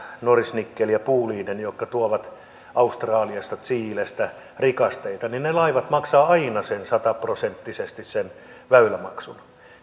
norilsk nickel ja boliden jotka tuovat australiasta ja chilestä rikasteita maksavat aina sataprosenttisesti sen väylämaksun